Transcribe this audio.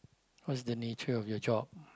what's the nature of your job